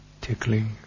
tickling